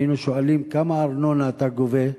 היינו שואלים: כמה ארנונה אתה גובה?